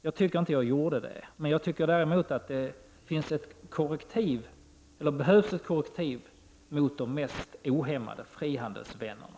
Jag tycker inte jag gjorde det, men jag tycker det behövs ett korrektiv mot de mest ohämmade frihandelsvännerna.